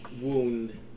wound